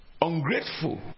ungrateful